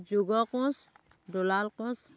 যোগ কোচ দুলাল কোচ